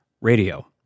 radio